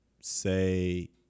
say